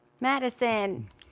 Madison